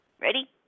Ready